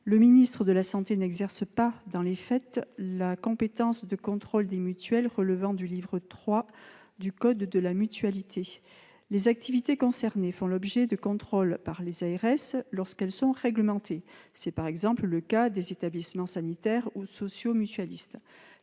le ministre de la santé n'exerce pas, dans les faits, la compétence de contrôle des mutuelles relevant du livre III du code de la mutualité. Les activités concernées font l'objet de contrôles par les ARS lorsqu'elles sont réglementées. C'est par exemple le cas pour les établissements sanitaires ou sociaux mutualistes.